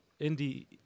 indie